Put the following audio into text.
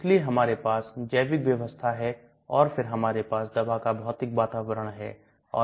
इसलिए चूहों में आप pH मैं परिवर्तन प्राप्त करेंगे